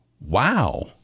wow